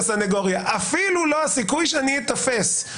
אפילו לא הסיכוי שאני אתפס,